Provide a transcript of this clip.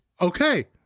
Okay